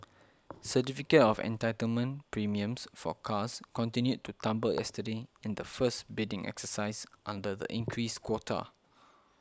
certificate of entitlement premiums for cars continued to tumble yesterday in the first bidding exercise under the increased quota